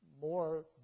more